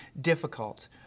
difficult